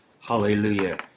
Hallelujah